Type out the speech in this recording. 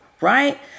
right